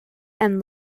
and